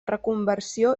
reconversió